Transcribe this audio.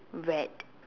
red